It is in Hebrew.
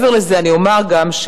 מעבר לזה אני אומר גם,